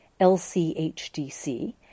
LCHDC